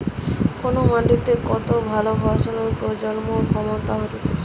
কোন মাটিতে কত ভালো ফসলের প্রজনন ক্ষমতা হতিছে